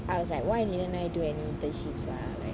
I was like why didn't I do any internships lah like